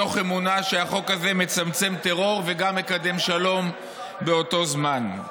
מתוך אמונה שהחוק הזה מצמצם טרור וגם מקדם שלום באותו זמן.